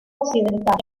occidental